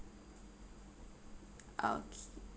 okay